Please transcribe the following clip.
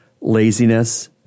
laziness